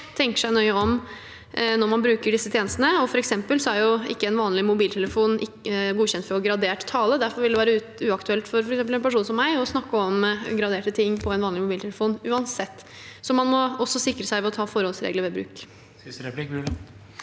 tenker seg nøye om når man bruker disse tjenestene. For eksempel er ikke en vanlig mobiltelefon godkjent for gradert tale. Derfor vil det være uaktuelt for f.eks. en person som meg å snakke om graderte ting på en vanlig mobiltelefon – uansett. Så man må også sikre seg ved å ta forholdsregler ved bruk.